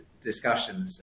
discussions